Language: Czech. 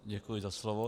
Děkuji za slovo.